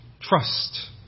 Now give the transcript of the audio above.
trust